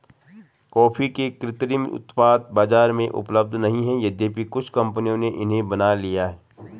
coffee के कृत्रिम उत्पाद बाजार में उपलब्ध नहीं है यद्यपि कुछ कंपनियों ने इन्हें बना लिया है